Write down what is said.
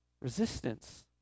Resistance